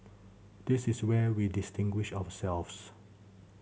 this is where we distinguish ourselves